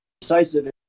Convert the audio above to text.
decisive